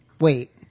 Wait